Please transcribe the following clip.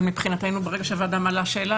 אבל מבחינתנו ברגע שהוועדה מעלה שאלה